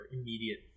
immediate